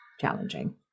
challenging